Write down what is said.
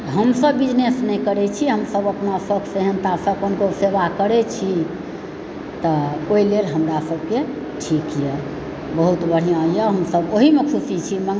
हमसब बिजनेस नहि करै छी हमसब अपना शौक सेहनतासंँ अपन गौ सेवा करै छी तऽ ओहि लेल हमरा सबके ठीक यऽ बहुत बढ़िआँ यऽ हमसब ओहिमे खुशी छी